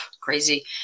crazy